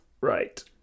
Right